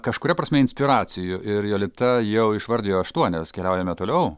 kažkuria prasme inspiracijų ir jolita jau išvardijo aštuonias keliaujame toliau